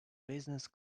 business